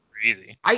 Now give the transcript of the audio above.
crazy